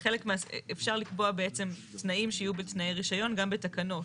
אפשר לקבוע בעצם תנאים שיהיו בתנאי רישיון גם בתקנות,